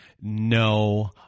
no